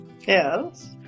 Yes